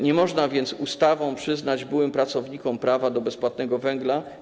Nie można więc ustawą przyznać byłym pracownikom prawa do bezpłatnego węgla.